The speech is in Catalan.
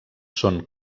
són